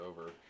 over